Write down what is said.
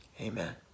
amen